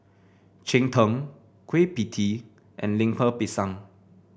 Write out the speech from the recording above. Cheng Tng Kueh Pie Tee and Lemper Pisang